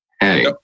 Hey